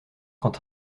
quand